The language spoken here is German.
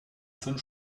fünf